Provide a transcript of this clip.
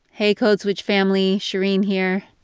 hey, code switch family. shereen here.